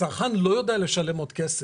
הצרכן לא יודע לשלם עוד כסף.